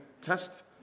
test